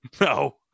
no